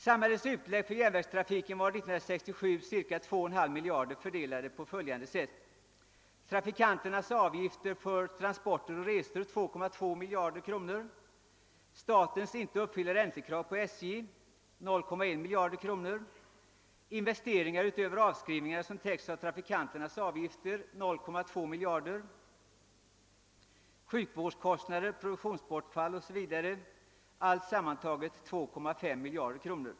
Samhällets utlägg för järnvägstrafik under 1967 uppgick till ca 2,5 miljarder kronor, fördelat på följande sätt: trafikanternas avgifter för transporter och resor 2,2 miljarder kronor, statens ej uppfyllda räntekrav på SJ 0,1 miljard kronor, investeringar utöver avskrivningarna som täcks av trafikanternas avgifter 0,2 miljarder kronor, sjukvårdskostnader, produktionsbortfall o. s. v., allt tillsammans 2,5 miljarder kronor.